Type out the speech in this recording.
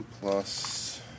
plus